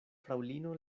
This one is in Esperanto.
fraŭlino